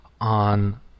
on